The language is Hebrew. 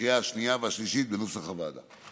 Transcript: בקריאה השנייה והשלישית בנוסח הוועדה.